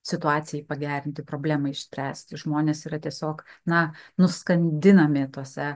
situacijai pagerinti problemai išspręsti žmonės yra tiesiog na nuskandinami tuose